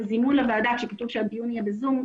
בזימון לוועדה שם כתוב שהדיון יהיה ב-זום,